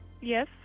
Yes